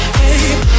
babe